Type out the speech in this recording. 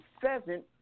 pheasant